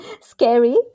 scary